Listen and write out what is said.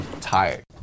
tired